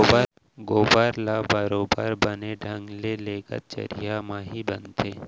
गोबर ल बरोबर बने ढंग ले लेगत चरिहा म ही बनथे